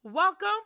Welcome